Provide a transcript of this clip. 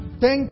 Thank